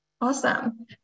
Awesome